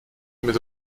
mit